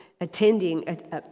attending